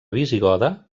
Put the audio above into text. visigoda